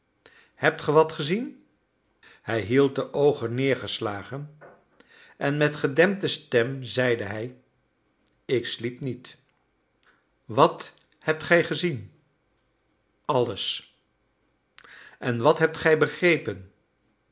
hebt ge wat gezien hij hield de oogen neergeslagen en met gedempte stem zeide hij ik sliep niet wat hebt gij gezien alles en wat hebt gij begrepen